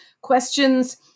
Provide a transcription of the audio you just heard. questions